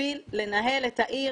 בשביל לנהל את העיר